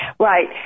Right